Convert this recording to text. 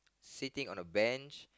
sitting on a bench